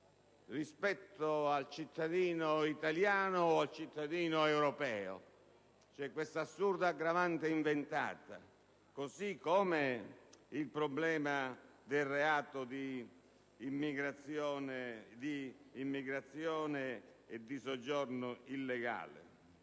rispetto al cittadino italiano o europeo. C'è questa assurda aggravante inventata, così come il problema del reato di immigrazione e di soggiorno illegale.